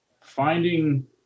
Finding